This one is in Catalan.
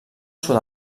sud